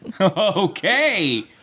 Okay